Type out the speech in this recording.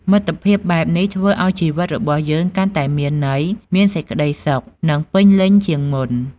មិត្តភាពបែបនេះធ្វើឲ្យជីវិតរបស់យើងកាន់តែមានន័យ មានសេចក្តីសុខ និងពេញលេញជាងមុន។